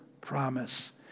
promise